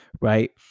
Right